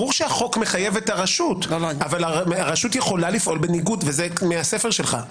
ברור שהחוק מחייב את הרשות אבל הרשות יכולה לפעול - וזה מהספר שלך.